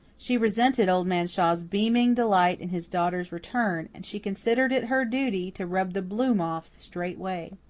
she resented old man shaw's beaming delight in his daughter's return, and she considered it her duty to rub the bloom off straightway.